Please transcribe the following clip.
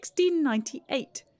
1698